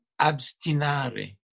abstinare